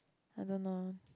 I don't know